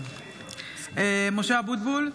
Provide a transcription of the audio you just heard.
משה אבוטבול,